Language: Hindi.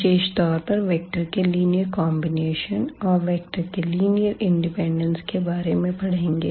विशेष तौर पर वेक्टर के लिनीअर कॉम्बिनेशन और वेक्टर के लिनीअर इंडेपेंडेन्स के बारे में पढ़ेंगे